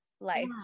life